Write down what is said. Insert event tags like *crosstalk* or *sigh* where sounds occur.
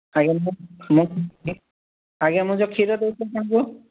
ଆଜ୍ଞା *unintelligible* ଆଜ୍ଞା ମୁଁ ଯେଉଁ କ୍ଷୀର *unintelligible*